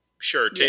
Sure